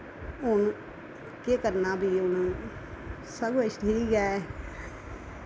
हून केह् करना फ्ही भाई हून सब किश ठीक ऐ